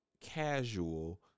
casual